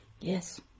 Yes